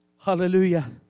Hallelujah